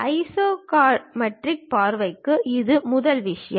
isometric பார்வைக்கு இது முதல் விஷயம்